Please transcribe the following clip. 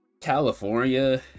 California